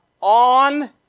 on